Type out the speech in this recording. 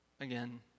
again